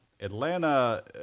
atlanta